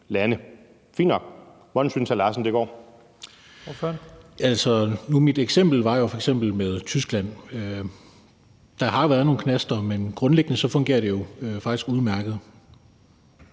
Kl. 15:18 Steffen Larsen (LA): Mit eksempel var jo Tyskland. Der har været nogle knaster, men grundlæggende fungerer det faktisk udmærket.